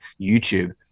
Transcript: YouTube